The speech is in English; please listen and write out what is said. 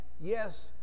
yes